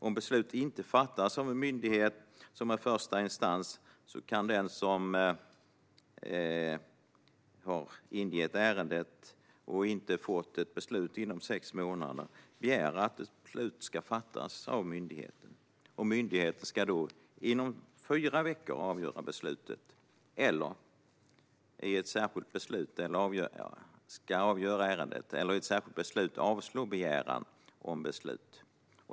Om beslut inte fattas av en myndighet som en första instans kan den som har ingett ärendet och inte fått ett beslut inom sex månader begära att beslut ska fattas av myndigheten. Myndigheten ska då inom fyra veckor i ett beslut avgöra ärendet eller i ett särskilt beslut avslå begäran om beslut.